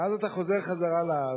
ואז אתה חוזר לארץ,